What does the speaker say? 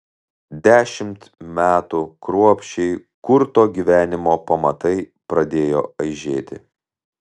dešimt metų kruopščiai kurto gyvenimo pamatai pradėjo aižėti